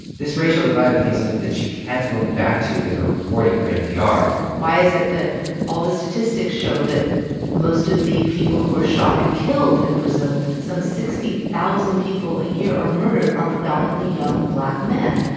this racial divide became something that she kept going back to in her reporting for npr why is it that all the statistics show that most of the people who are shot and killed in brazil some sixty thousand people a year are murdered are predominately young, black men?